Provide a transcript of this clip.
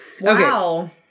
Wow